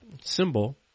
symbol